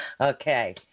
Okay